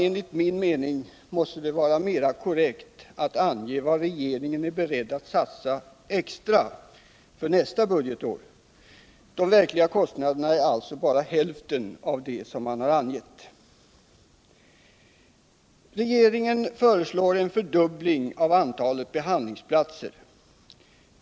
Enligt min mening måste det vara mera korrekt att ange vad regeringen är beredd att satsa för nästa budgetår. De verkliga kostnaderna är alltså bara hälften mot vad man angett. Regeringen föreslår en fördubbling av antalet behandlingsplatser.